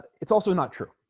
it's also not true